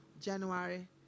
January